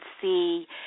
see